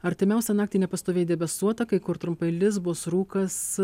artimiausią naktį nepastoviai debesuota kai kur trumpai lis bus rūkas